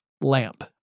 lamp